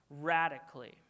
radically